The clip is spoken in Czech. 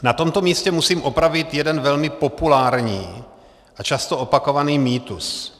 Na tomto místě musím opravit jeden velmi populární a často opakovaný mýtus.